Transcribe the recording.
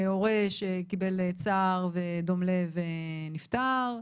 הורה שקיבל דום לב ונפטר,